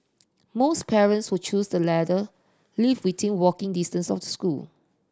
most parents who choose the latter lived within walking distance of the school